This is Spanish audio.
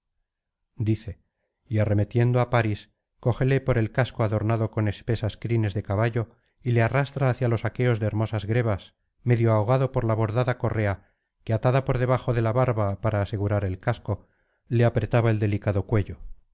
dice y arremetiendo á parís cógele por el casco adornado con espesas crines de caballo y le arrastra hacia los aqueos de hermosas grebas medio ahogado por la bordada correa que atada por debajo de la barba para asegurar el casco le apretaba el delicado cuello